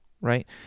right